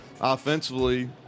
Offensively